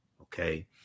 Okay